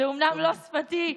זו אומנם לא שפתי,